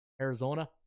Arizona